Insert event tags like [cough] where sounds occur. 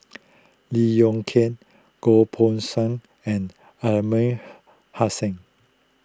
Lee Yong Kiat Goh Poh Seng and Aliman [noise] Hassan